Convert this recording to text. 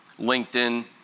LinkedIn